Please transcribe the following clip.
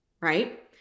right